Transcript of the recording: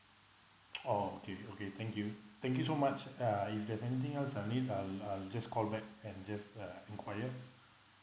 oh okay okay thank you thank you so much uh if there's anything else I'll need I'll I'll just call back and just uh enquire